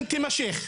אם תימשך,